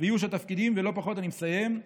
ואיוש התפקידים, אני מסיים,